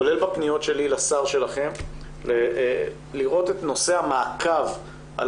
כולל בפניות שלי לשר שלכם את נושא המעקב על